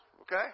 okay